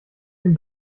ihm